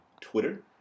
Twitter